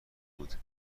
بود